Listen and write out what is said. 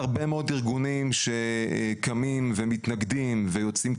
החיול הוא משהו מאוד רגשי בגיל 18 והעניין של לקבל החלטות הוא בעיה.